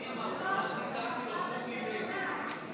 אני אמרתי, צעקתי לו: דודי,